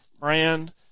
brand